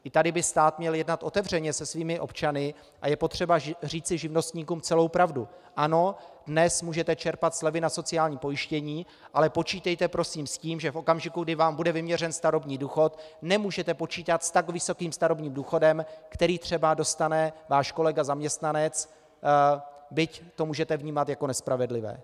I tady by stát měl se svými občany jednat otevřeně a je potřeba říci živnostníkům celou pravdu: Ano, dnes můžete čerpat slevy na sociální pojištění, ale počítejte prosím s tím, že v okamžiku, kdy vám bude vyměřen starobní důchod, nemůžete počítat s tak vysokým starobním důchodem, který třeba dostane váš kolega zaměstnanec, byť to můžete vnímat jako nespravedlivé.